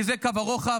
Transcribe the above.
כי זה קו הרוחב,